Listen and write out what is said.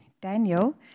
Daniel